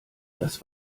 das